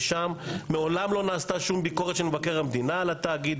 ושם מעולם לא נעשתה שום ביקורת של מבקר המדינה על התאגיד.